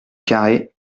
carhaix